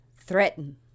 threaten